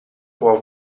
può